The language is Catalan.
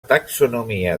taxonomia